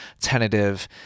tentative